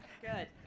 Good